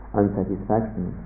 unsatisfaction